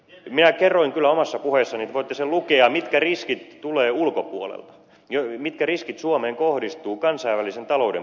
minä kerroin kyllä omassa puheessani te voitte sen lukea mitkä riskit tulevat ulkopuolelta mitkä riskit suomeen kohdistuvat kansainvälisen talouden paineen kautta